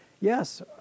Yes